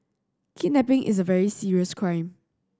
kidnapping is a very serious crime